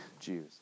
Jews